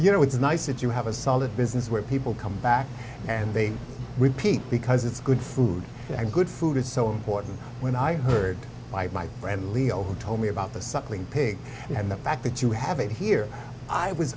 you know it's nice that you have a solid business where people come back and they repeat because it's good food and good food is so important when i heard my friend leo told me about the suckling pig and the fact that you have it here i was